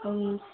ꯎꯝ